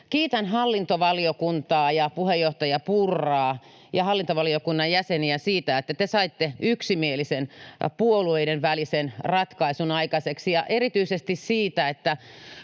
Kiitän hallintovaliokuntaa ja puheenjohtaja Purraa ja hallintovaliokunnan jäseniä siitä, että te saitte yksimielisen puolueiden välisen ratkaisun aikaiseksi, ja erityisesti siitä —